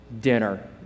dinner